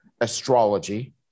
astrology